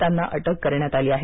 त्यांना अटक करण्यात आली आहे